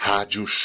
Rádio